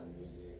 music